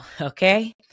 Okay